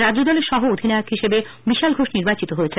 রাজ্য দলের সহ অধিনায়ক হিসেবে বিশাল ঘোষ নির্বাচিত হয়েছে